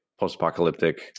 post-apocalyptic